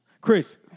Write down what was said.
Chris